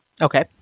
okay